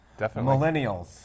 millennials